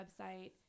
website